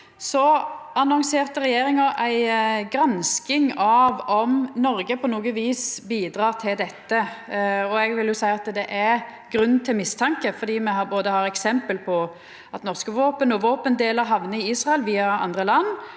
– annonserte regjeringa ei gransking av om Noreg på noko vis bidreg til dette. Eg vil seia at det er grunn til mistanke, for me har eksempel på at både norske våpen og våpendelar hamnar i Israel via andre land,